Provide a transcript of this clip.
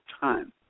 time